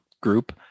group